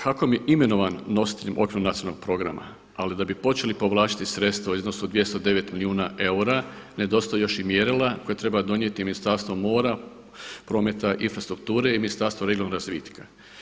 HAKOM je imenovan nositeljem okvirnog nacionalnog programa, ali da bi počeli povlačiti sredstva u iznosu od 209 milijuna eura nedostaju još i mjerila koje treba donijeti Ministarstvo mora, prometa i infrastrukture i Ministarstvo regionalnog razvitka.